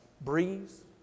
Breeze